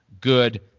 good